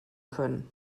können